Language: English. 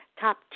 top